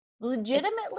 Legitimately